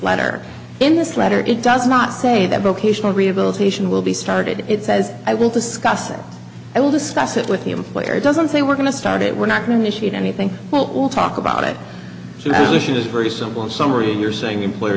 latter in this letter it does not say that vocational rehabilitation will be started it says i will discuss it i will discuss it with the employer doesn't say we're going to start it we're not going to shoot anything well we'll talk about it she she was very simple summary you're saying employer